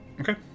okay